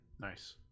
nice